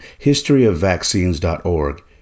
historyofvaccines.org